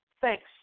thanks